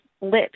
lips